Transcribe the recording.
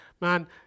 man